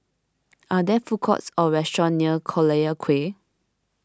are there food courts or restaurants near Collyer Quay